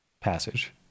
passage